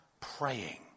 praying